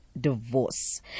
Divorce